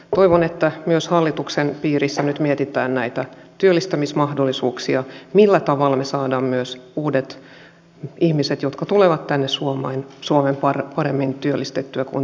toivon että myös hallituksen piirissä nyt mietitään näitä työllistämismahdollisuuksia millä tavalla me saamme myös uudet ihmiset jotka tulevat tänne suomeen paremmin työllistettyä kuin tänään